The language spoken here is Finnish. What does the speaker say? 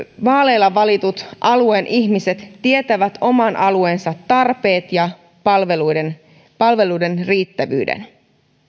vaaleilla valitut alueen ihmiset tietävät oman alueensa tarpeet ja palveluiden palveluiden riittävyyden